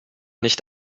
nicht